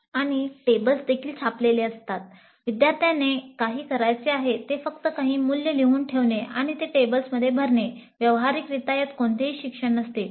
आणि टेबल्स देखील छापलेले असतात विद्यार्थ्याने जे काही करायचे आहे ते फक्त काही मूल्य लिहून ठेवणे आणि ते टेबलमध्ये भरणे व्यावहारिकरित्या यात कोणतेही शिक्षण नसते